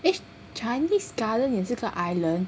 eh Chinese Garden 也是个 island